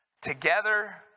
...together